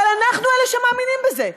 אבל אנחנו אלה שמאמינים בזה,